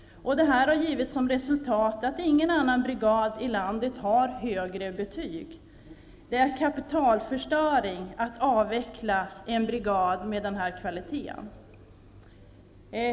Detta har givit som resultat att ingen annan brigad i landet har högre betyg. Det är kapitalförstöring att avveckla en brigad med den här kvaliteten.